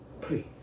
Please